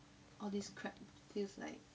all these crab feels like